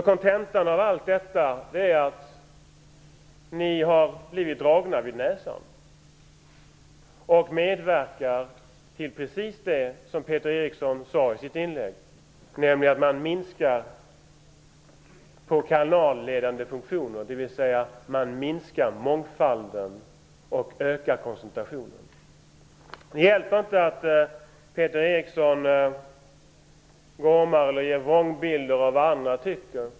Kontentan av allt detta är att ni har blivit dragna vid näsan och medverkar till precis det som Peter Eriksson tog upp i sitt inlägg, att man minskar på kanalledande funktioner, dvs. man minskar mångfalden och ökar koncentrationen. Det hjälper inte att Peter Eriksson gormar eller ger vrångbilder av vad andra tycker.